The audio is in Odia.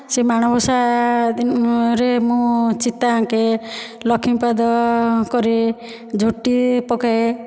ସେ ମାଣ ବସାରେ ମୁଁ ଚିତା ଆଙ୍କେ ଲକ୍ଷ୍ମୀ ପାଦ କରେ ଝୋଟି ପକାଏ